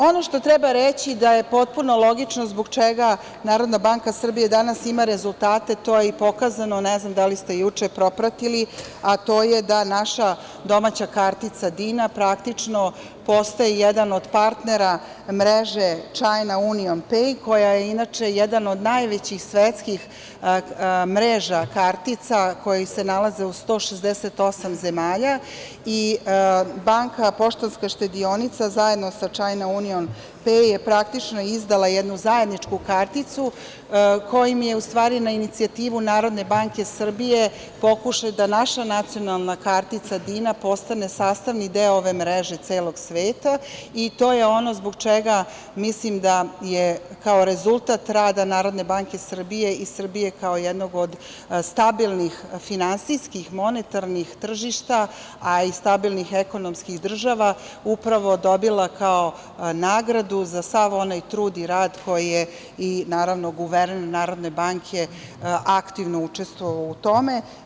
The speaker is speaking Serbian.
Ono što treba reći da je potpuno logično zbog čega NBS danas ima rezultate, to je i pokazano, ne znam da li ste juče propratili, a to je da naša domaća kartica „Dina“ praktično postaje jedan od partnera mreže „China UnionPay“, koja je inače jedna od najvećih svetskih mreža kartica koji se nalaze u 168 zemalja i Banka Poštanska štedionica, zajedno sa „China UnionPay“ je praktično izdala jednu zajedničku karticu, kojim je, na inicijativu NBS, pokušaj da naša nacionalna kartica „Dina“ postane sastavni deo ove mreže celog sveta i to je ono zbog čega mislim da je kao rezultat rada NBS i Srbije kao jednog od stabilnih finansijskih monetarnih tržišta, a i stabilnih ekonomskih država upravo dobila kao nagradu za sav onaj trud i rad koji je i guverner Narodne banke učestvovao u tome.